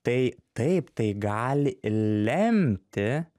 tai taip tai gali lemti